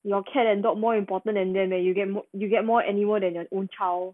your cat and dog more important than them you get you get more anymore than your own child